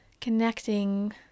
connecting